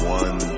one